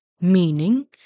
Meaning